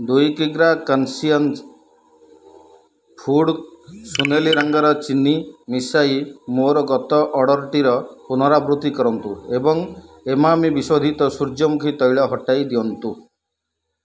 ଦୁଇ କିଗ୍ରା conscious food ସୁନେଲୀ ରଙ୍ଗର ଚିନି ମିଶାଇ ମୋର ଗତ ଅର୍ଡ଼ର୍ଟିର ପୁନରାବୃତ୍ତି କରନ୍ତୁ ଏବଂ ଇମାମି ବିଶୋଧିତ ସୂର୍ଯ୍ୟମୁଖୀ ତୈଳକୁ ହଟାଇ ଦିଅନ୍ତୁ